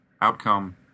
outcome